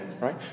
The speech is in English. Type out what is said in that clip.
right